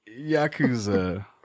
Yakuza